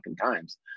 times